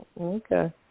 Okay